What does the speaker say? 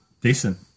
decent